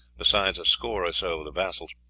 besides a score or so of the vassals.